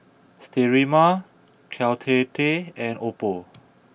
Sterimar Caltrate and Oppo